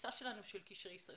לתפיסה שלנו של קשרי ישראל-תפוצות.